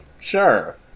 sure